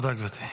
תודה, גברתי,